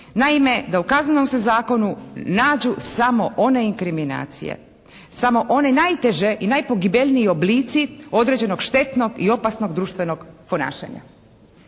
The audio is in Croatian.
naime da u kaznenom se zakonu nađu samo one inkriminacije, samo one najteže i najpogibeljniji oblici određenog štetnog i opasnog društvenog ponašanja.